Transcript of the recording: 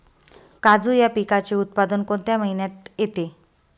काजू या पिकाचे उत्पादन कोणत्या महिन्यात येते?